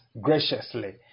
graciously